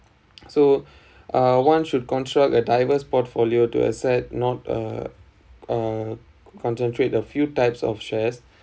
so uh one should construct a diverse portfolio to asset not uh uh concentrate a few types of shares